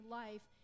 life